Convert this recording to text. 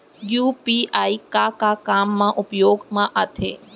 UPI का का काम मा उपयोग मा आथे?